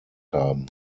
haben